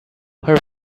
her